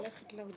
לא.